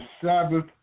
Sabbath